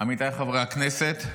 עמיתיי חברי הכנסת,